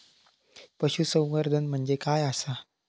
पशुसंवर्धन म्हणजे काय आसा?